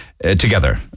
Together